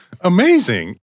amazing